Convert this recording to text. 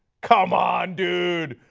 come on, dude.